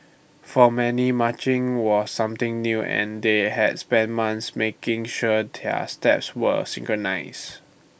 for many marching were something new and they had spent months making sure their steps were synchronised